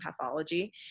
pathology